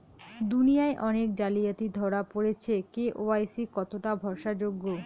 দুনিয়ায় অনেক জালিয়াতি ধরা পরেছে কে.ওয়াই.সি কতোটা ভরসা যোগ্য?